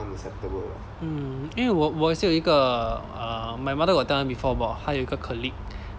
mm 因为我我也是有一个 err my mother got tell me before about 她有一个 colleague